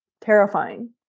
terrifying